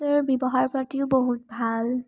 ব্যৱহাৰ পাতিও বহুত ভাল